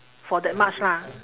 for that much lah